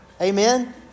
Amen